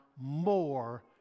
more